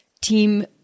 Team